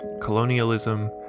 colonialism